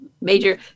major